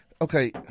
okay